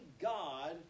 God